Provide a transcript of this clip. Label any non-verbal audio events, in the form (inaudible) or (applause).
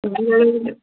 (unintelligible)